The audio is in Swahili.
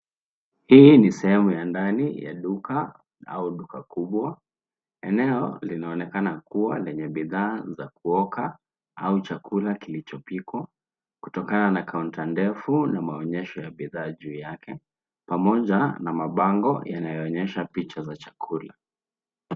Hii ni sehemu ya ndani ya duka au duka kubwa, eneo linaonekana kuwa lenye bidhaa za kuoka, au chakula kilichopikwa kutokana na kaunta ndefu na maonyesho ya bidhaa juu yake, pamoja na mabango yanayo onyesha picha za chakula.